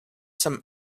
some